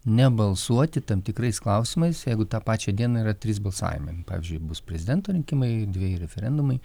nebalsuoti tam tikrais klausimais jeigu tą pačią dieną yra trys balsavimai pavyzdžiui bus prezidento rinkimai ir dvieji referendumai